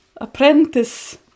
Apprentice